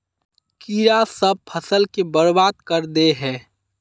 कीड़ा सब फ़सल के बर्बाद कर दे है?